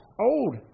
old